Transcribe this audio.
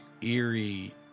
eerie